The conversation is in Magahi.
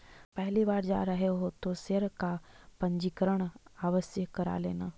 पहली बार जा रहे हो तो शेयर का पंजीकरण आवश्य करा लेना